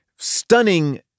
stunning